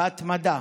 בהתמדה,